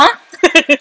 !huh!